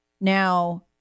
now